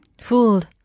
Fooled